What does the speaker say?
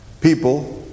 people